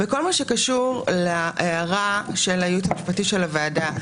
בכל מה שקשור להערה של הייעוץ המשפטי של הוועדה,